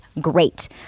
great